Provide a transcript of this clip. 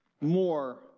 more